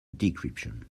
decryption